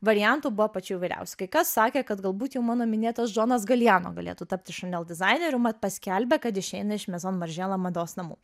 variantų buvo pačių įvairiausių kai kas sakė kad galbūt jau mano minėtas džonas galiano galėtų tapti šanel dizaineriu mat paskelbė kad išeina iš mezon marželo mados namų